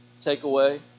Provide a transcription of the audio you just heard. takeaway